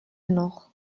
noch